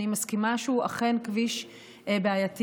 אני מסכימה שהוא אכן כביש בעייתי,